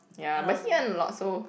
ya but he earn a lot so